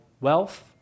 wealth